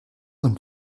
und